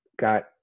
got